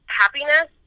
happiness